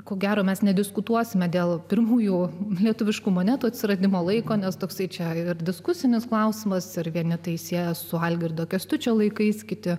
ko gero mes nediskutuosime dėl pirmųjų lietuviškų monetų atsiradimo laiko nes toksai čia ir diskusinis klausimas ar vieni tai sieja su algirdo kęstučio laikais kiti